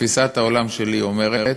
תפיסת העולם שלי אומרת,